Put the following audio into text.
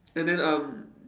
and then um